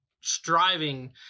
striving